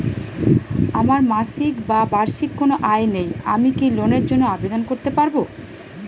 আমার মাসিক বা বার্ষিক কোন আয় নেই আমি কি লোনের জন্য আবেদন করতে পারব?